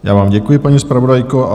Já vám děkuji, paní zpravodajko.